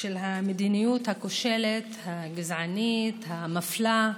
של המדיניות הכושלת, הגזענית, המפלה,